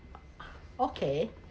okay